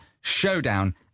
showdown